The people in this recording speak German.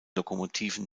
lokomotiven